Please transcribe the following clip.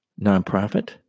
nonprofit